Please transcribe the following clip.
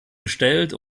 gestellt